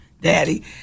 Daddy